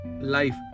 life